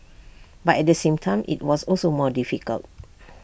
but at the same time IT was also more difficult